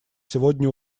сегодня